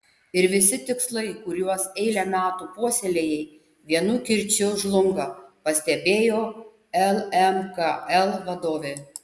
ir visi tikslai kuriuos eilę metų puoselėjai vienu kirčiu žlunga pastebėjo lmkl vadovė